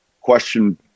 question